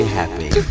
happy